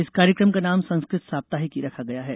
इस कार्यक्रम का नाम संस्कृत साप्ताहिकी रखा गया है